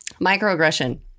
Microaggression